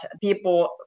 people